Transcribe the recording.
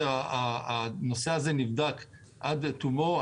הנושא הזה נבדק עד תומו.